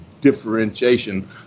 differentiation